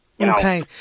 Okay